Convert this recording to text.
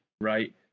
right